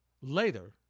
Later